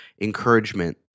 encouragement